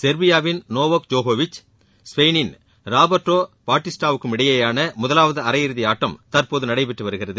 செர்பியாவின் நோவாக் ஜோகோவிச் ஸ்பெயினின் ராபர்ட்டோ பாட்டிண்டா விற்கு இடையேயான முதலாவது அரையிறுதி ஆட்டம் தற்போது நடைபெற்று வருகிறது